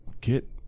get